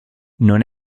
non